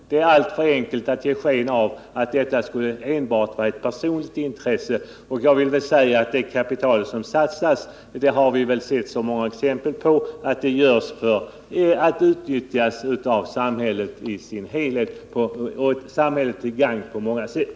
Det är alltför enkelt att ge sken av att detta enbart skulle vara personligt intresse. Det kapital som satsas — det har vi sett så många exempel på — skall utnyttjas av samhället i sin helhet och komma samhället till gagn på många sätt.